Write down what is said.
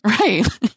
Right